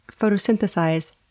photosynthesize